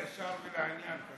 ישר ולעניין.